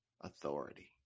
authority